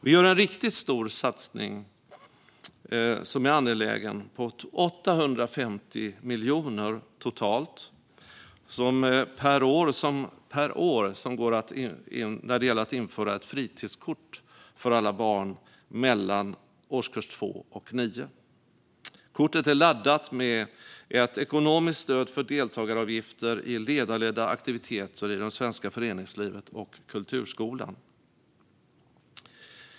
Vi gör en stor och angelägen satsning om 850 miljoner kronor per år på att införa ett fritidskort för alla barn mellan årskurs 2 och 9. Kortet är laddat med ett ekonomiskt stöd för deltagaravgifter i ledarledda aktiviteter i det svenska föreningslivet och kulturskolan.